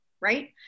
right